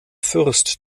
fürst